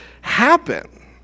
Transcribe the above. happen